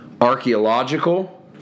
archaeological